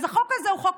אז החוק הזה הוא חוק